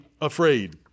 afraid